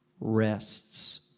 rests